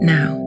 Now